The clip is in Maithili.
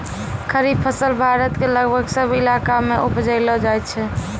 खरीफ फसल भारत के लगभग सब इलाका मॅ उपजैलो जाय छै